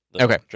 okay